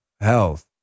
Health